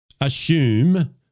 assume